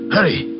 Hurry